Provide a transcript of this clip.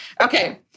Okay